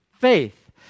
faith